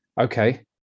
okay